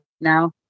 now